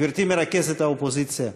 גברתי מרכזת האופוזיציה,